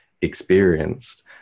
experienced